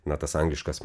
na tas angliškas